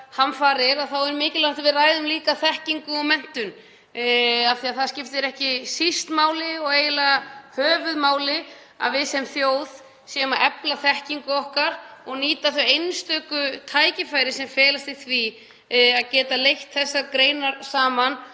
þá er mikilvægt að við ræðum líka þekkingu og menntun af því að það skiptir ekki síst máli og eiginlega höfuðmáli að við sem þjóð séum að efla þekkingu okkar og nýta þau einstöku tækifæri sem felast í því að geta leitt þessar greinar saman.